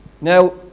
Now